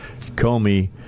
Comey